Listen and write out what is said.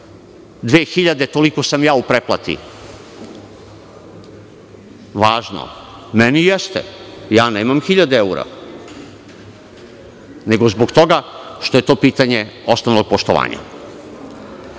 2.000, toliko sam ja u pretplati, važno, meni jeste, ja nemam hiljade eura, nego zbog toga što je to pitanje osnovnog poštovanja. Ono